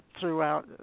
throughout